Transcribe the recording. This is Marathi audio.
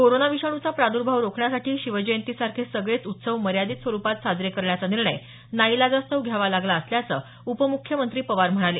कोरोना विषाणूचा प्रादर्भाव रोखण्यासाठी शिवजयंतीसारखे सगळेच उत्सव मर्यादित स्वरुपात साजरे करण्याचा निर्णय नाईलाजास्तव घ्यावा लागला असल्याचं उपम्ख्यमंत्री पवार यावेळी म्हणाले